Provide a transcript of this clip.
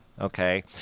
Okay